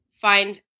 find